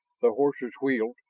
the horses wheeled,